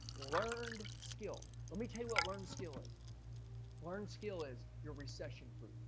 learned skill let me tell you what learned skill is learned skill is your recession-proof?